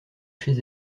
chez